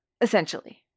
Essentially